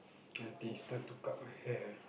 do you think it's time to cut my hair